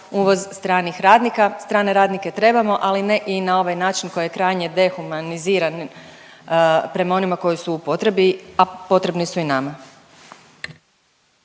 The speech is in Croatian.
uvoz stranih radnika, strane radnike trebamo, ali ne i na ovaj način koji je krajnje dehumaniziran prema onima koji su u potrebi, a potrebni su i nama.